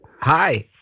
Hi